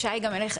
שי גם אלייך.